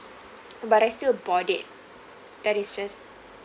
but I still bought it that is just